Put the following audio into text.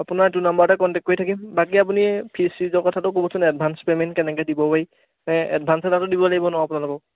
আপোনাৰ এইটো নাম্বাৰতে কনটেক্ট কৰি থাকিম বাকী আপুনি ফিজ চিজৰ কথাটো ক'বচোন এডভান্স পেমেণ্ট কেনেকৈ দিব পাৰি এডভান্স এটাতো দিব লাগিব ন আপোনালোকক